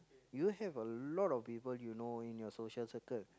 you have a lot of people you know in your social circle